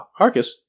Harkus